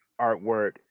artwork